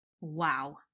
wow